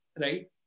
right